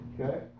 Okay